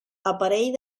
aparell